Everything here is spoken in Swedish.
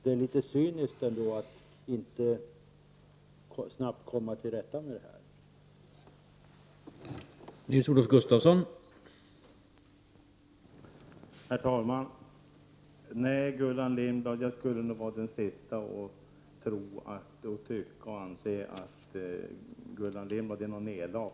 Det är alltså litet cyniskt att inte snabbt komma till rätta med detta problem.